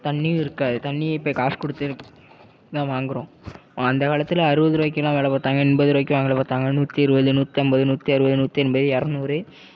தண்ணியும் இருக்காது தண்ணி இப்போ காசு கொடுத்து தான் வாங்குகிறோம் அந்த காலத்தில் அறுபது ரூவாய்க்கெல்லாம் வேலை பார்த்தாங்க எண்பது ரூவாய்க்கெல்லாம் வேலை பார்த்தாங்க நூற்றி இருபது நூற்றைம்பது நூற்றி அறுபது நூற்றி எண்பது எரநூறு